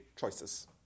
choices